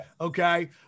Okay